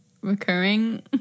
recurring